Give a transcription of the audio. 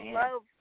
love